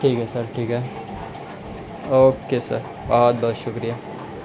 ٹھیک ہے سر ٹھیک ہے اوکے سر بہت بہت شکریہ